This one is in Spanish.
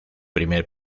primer